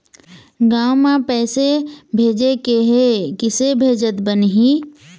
गांव म पैसे भेजेके हे, किसे भेजत बनाहि?